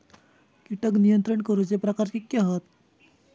कीटक नियंत्रण करूचे प्रकार कितके हत?